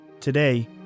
Today